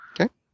Okay